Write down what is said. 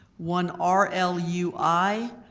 one r l u i,